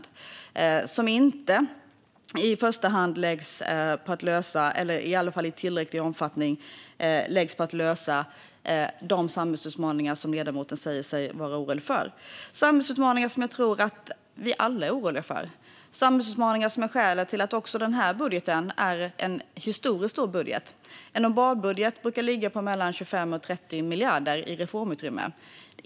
Det läggs inte i första hand, i varje fall inte i tillräcklig omfattning, på att lösa de samhällsutmaningar som ledamoten säger sig vara orolig för. Det här är samhällsutmaningar som jag tror att vi alla är oroliga för, och det är samhällsutmaningar som är skälet till att också den här budgeten är en historiskt stor budget. En normalbudget brukar ligga på mellan 25 och 30 miljarder i reformutrymme.